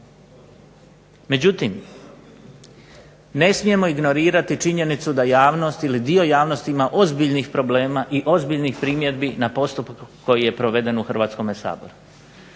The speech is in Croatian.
Međutim, ne smijemo ignorirati činjenicu da javnost ili dio javnosti ima ozbiljnih problema i ozbiljnih primjedbi na postupak koji je proveden u Hrvatskom saboru.